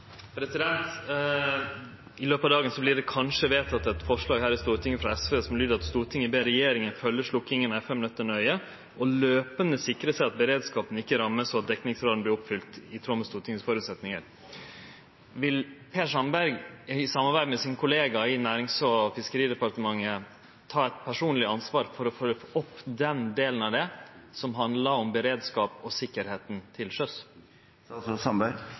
I løpet av dagen vert det kanskje vedteke eit forslag her i Stortinget frå SV som lyder: «Stortinget ber regjeringen følge slukkingen av FM-nettet nøye, og løpende sikre seg at beredskapen ikke rammes og at dekningsgraden blir oppfylt i tråd med Stortingets forutsetninger.» Vil Per Sandberg i samarbeid med sin kollega i nærings- og fiskeridepartementet ta eit personleg ansvar for å følgje opp den delen av det som handlar om beredskap og sikkerheita til